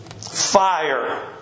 fire